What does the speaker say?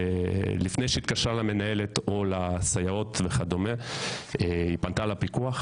לפני שהיא התקשרה למנהלת או לסייעות היא פנתה לפיקוח,